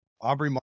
Aubrey